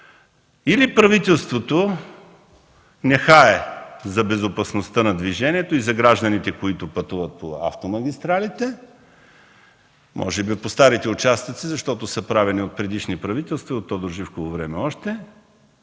или правителството нехае за безопасността на движението и за гражданите, които пътуват по автомагистралите, може би по-старите участъци, защото са правени от предишните правителства и от Тодор-Живково време още,